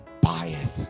buyeth